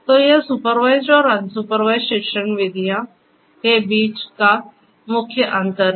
तो यह सुपरवाइजड और अनसुपरवाइजड शिक्षण विधियों के बीच मुख्य अंतर है